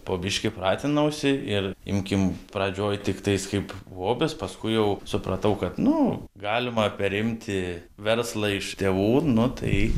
po biški pratinausi ir imkim pradžioj tiktais kaip hobis paskui jau supratau kad nu galima perimti verslą iš tėvų nu tai